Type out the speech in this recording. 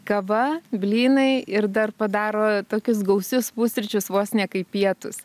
kava blynai ir dar padaro tokius gausius pusryčius vos ne kaip pietūs